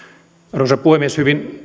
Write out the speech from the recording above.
arvoisa puhemies hyvin